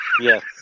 Yes